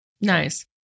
Nice